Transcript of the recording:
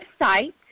website